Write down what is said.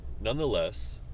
nonetheless